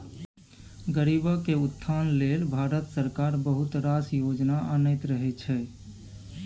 गरीबक उत्थान लेल भारत सरकार बहुत रास योजना आनैत रहय छै